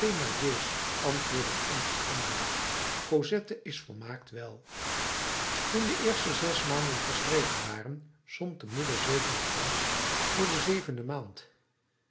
thénardier's antwoordden onveranderlijk cosette is volmaakt wel toen de eerste zes maanden verstreken waren zond de moeder zeven francs voor de zevende maand